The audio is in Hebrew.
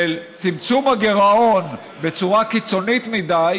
של צמצום הגירעון בצורה קיצונית מדי